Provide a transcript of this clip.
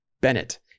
Bennett